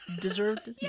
deserved